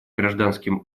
гражданским